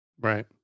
Right